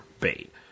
bait